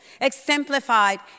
exemplified